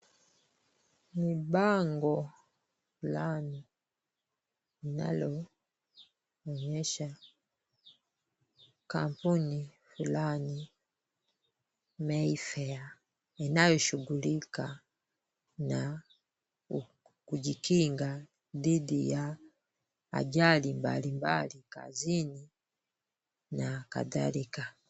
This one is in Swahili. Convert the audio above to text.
Ni bango fulani linaloonyesha kampuni fulani Mayfair linaloshughulika na kujikinga dhidi ya ajali mbalimbali kazini na kadhalika.